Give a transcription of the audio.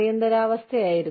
അടിയന്തരാവസ്ഥയായിരുന്നു